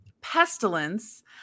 Pestilence